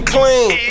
Clean